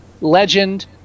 Legend